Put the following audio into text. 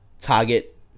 target